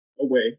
away